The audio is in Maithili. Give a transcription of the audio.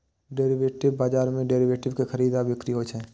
डेरिवेटिव बाजार मे डेरिवेटिव के खरीद आ बिक्री होइ छै